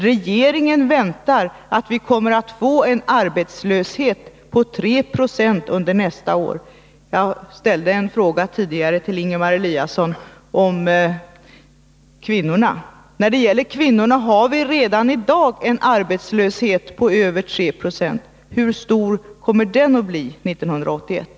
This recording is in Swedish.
Regeringen räknar med att vi kommer att få en arbetslöshet på 3 76 under nästa år. Jag ställde en fråga tidigare till Ingemar Eliasson om kvinnorna. När det gäller kvinnorna finns redan i dag en arbetslöshet på över 3 70. Hur stor kommer den att bli 1981?